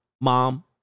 mom